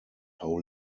how